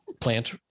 plant